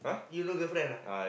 you no girlfriend ah